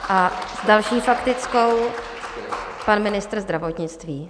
S další faktickou pan ministr zdravotnictví.